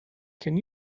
can